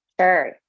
Sure